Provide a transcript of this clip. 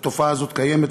אבל התופעה הזאת קיימת,